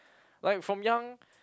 like from young